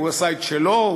הוא עשה את שלו,